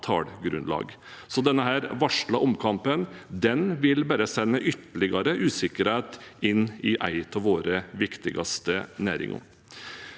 så denne varslede omkampen vil bare sende ytterligere usikkerhet inn i en av våre viktigste næringer.